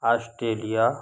Australia